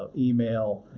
ah email.